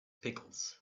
pickles